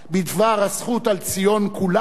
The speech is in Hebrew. בדבר הזכות על "ציון כולה"